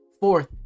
fourth